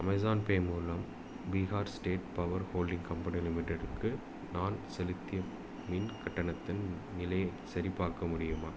Amazon pay மூலம் Bihar state power holding company லிமிட்டெடுக்கு நான் செலுத்திய மின் கட்டணத்தின் நிலையைச் சரிபார்க்க முடியுமா